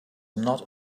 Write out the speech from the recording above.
not